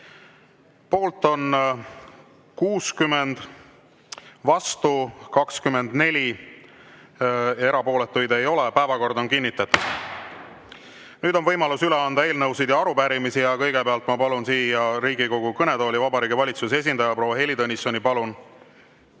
Poolt on 60, vastu 24, erapooletuid ei ole. Päevakord on kinnitatud. Nüüd on võimalus üle anda eelnõusid ja arupärimisi. Ja kõigepealt ma palun siia Riigikogu kõnetooli Vabariigi Valitsuse esindaja proua Heili Tõnissoni.